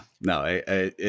no